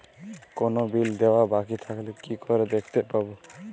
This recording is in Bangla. কোনো বিল দেওয়া বাকী থাকলে কি করে দেখতে পাবো?